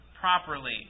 properly